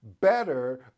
better